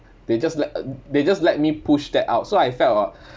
they just let they just let me push that out so I felt a~